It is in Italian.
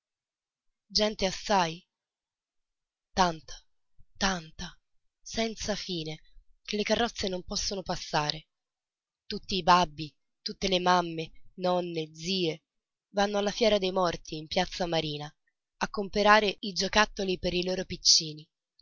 gente assai tanta tanta senza fine che le carrozze non possono passare tutti i babbi tutte le mamme nonne zie vanno alla fiera dei morti in piazza marina a comperare i giocattoli per i loro piccini